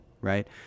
right